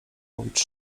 mówić